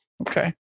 Okay